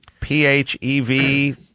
PHEV